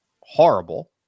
horrible